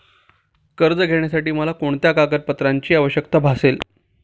कर्ज घेण्यासाठी मला कोणत्या कागदपत्रांची आवश्यकता भासेल?